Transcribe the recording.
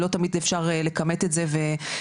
לא תמיד אפשר לכמת את זה ובאמת,